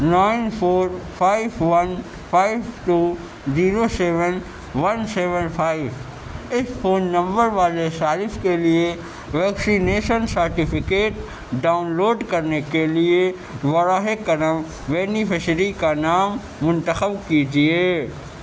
nine four five one five two zero seven one seven five اس phone number والے صارف کے لیے ویکسینیشن سرٹیفکیٹ ڈاؤنلوڈ کرنے کے لیے براہ کرم بینیفیشری کا نام منتخب کیجیے